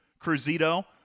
Cruzito